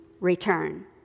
return